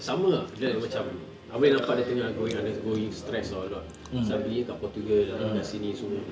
sama ah like macam abeh nampak dia tengah going undergoing stress [tau] a lot pasal bini dia kat portugal and dekat sini semua